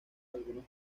algunos